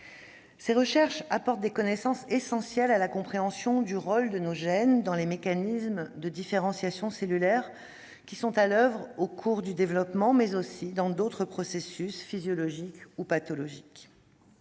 Ces recherches apportent des connaissances essentielles à la compréhension du rôle de nos gènes dans les mécanismes de différenciation cellulaire à l'oeuvre au cours du développement, mais aussi dans d'autres processus physiologiques ou pathologiques.